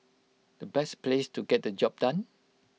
the best place to get the job done